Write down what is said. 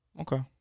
Okay